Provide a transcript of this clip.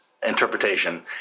interpretation